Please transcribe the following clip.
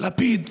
לפיד,